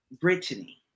Brittany